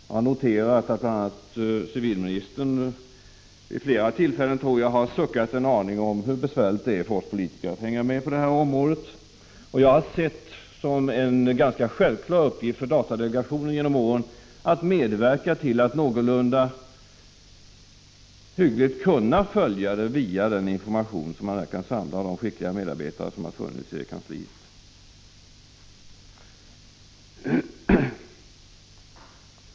Jag har noterat att bl.a. civilministern vid flera tillfällen har suckat en aning över hur besvärligt det är för oss politiker att hänga med på detta område. Jag har sett det som en ganska självklar uppgift för datadelegationen genom åren att medverka till att man någorlunda hyggligt kan följa med via den information som samlats av de skickliga medarbetarna i kansliet.